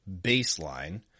baseline